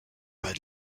pas